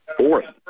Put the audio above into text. fourth